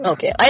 Okay